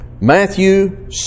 Matthew